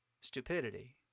Stupidity